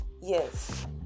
Yes